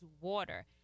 water